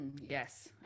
Yes